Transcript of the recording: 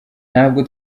ntabwo